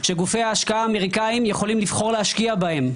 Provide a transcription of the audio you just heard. שגופי ההשקעה האמריקאיים יכולים לבחור להשקיע בהם.